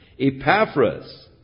Epaphras